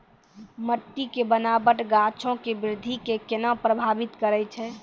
मट्टी के बनावट गाछो के वृद्धि के केना प्रभावित करै छै?